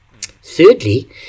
Thirdly